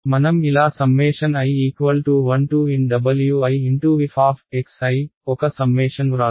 మనం ఇలాi1nWi f ఒక సమ్మేషన్ వ్రాద్దాం